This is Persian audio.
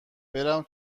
برم